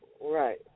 Right